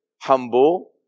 humble